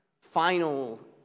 final